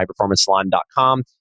highperformancesalon.com